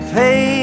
pay